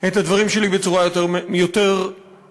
את הדברים שלי בצורה יותר נקודתית.